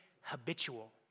habitual